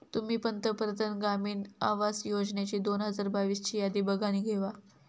तुम्ही पंतप्रधान ग्रामीण आवास योजनेची दोन हजार बावीस ची यादी बघानं घेवा